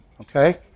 Okay